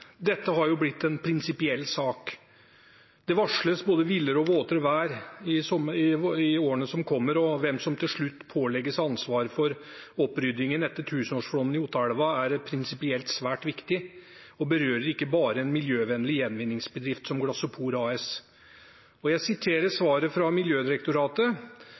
Dette har blitt en prinsipiell sak. Det varsles både villere og våtere vær i årene som kommer. Hvem som til slutt pålegges ansvaret for oppryddingen etter tusenårsflommen i Ottaelva, er prinsipielt svært viktig og berører ikke bare en miljøvennlig gjenvinningsbedrift som Glasopor AS. Jeg siterer fra svaret fra Miljødirektoratet.